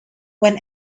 when